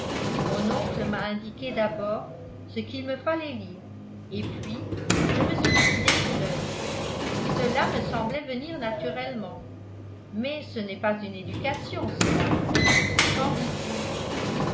mon oncle m'a indiqué d'abord ce qu'il me fallait lire et puis je me suis guidée seule cela me semblait venir naturellement mais ce n'est pas une éducation cela qu'en dites-vous